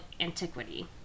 antiquity